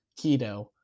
keto